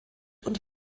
und